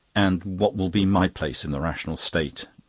and what will be my place in the rational state?